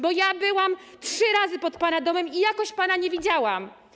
Bo byłam trzy razy pod pana domem i jakoś pana nie widziałam.